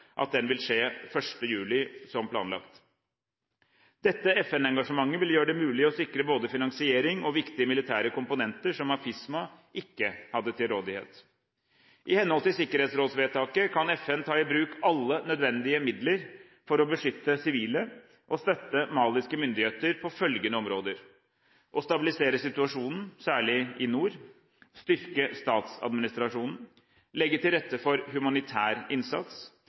Mali. Den nylig publiserte forhåndsrapporten om Mali fra FNs generalsekretær til Sikkerhetsrådet legger til rette for at såkalt «rehatting» av MINUSMA – altså operasjonsstart – vil skje 1. juli, som planlagt. Dette FN-engasjementet vil gjøre det mulig å sikre både finansiering og viktige militære komponenter, som AFISMA ikke hadde til rådighet. I henhold til sikkerhetsrådsvedtaket, kan FN ta i bruk alle nødvendige midler for å beskytte sivile og støtte maliske myndigheter på følgende områder: